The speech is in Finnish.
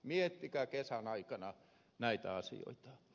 miettikää kesän aikana näitä asioita